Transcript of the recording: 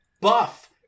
buff